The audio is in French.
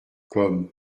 comme